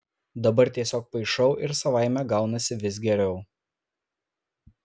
dabar tiesiog paišau ir savaime gaunasi vis geriau